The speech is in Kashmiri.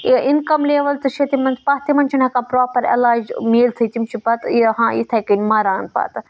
یہِ اِنکَم لیوَل تہِ چھِ تِمَن پَتھ تِمَن چھِ نہٕ ہیٚکان پرٛاپَر علاج میلتھٕے تِم چھِ پَتہٕ یہِ ہاں اِتھَے کٔنۍ مَران پَتہٕ